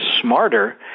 smarter